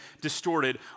distorted